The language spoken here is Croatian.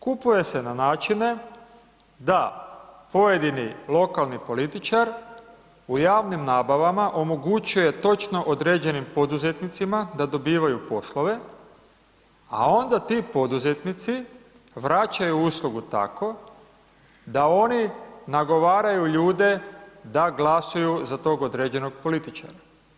Kupuje se na načine da pojedini lokalni političar u javnim nabavama omogućuje točno određenim poduzetnicima da dobivaju poslove, a onda ti poduzetnici vraćaju uslugu tako, da oni nagovaraju ljude da glasuju za tog određenog političara.